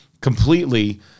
completely